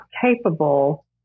capable